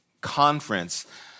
conference